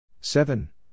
seven